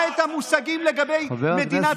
חבריי היקרים,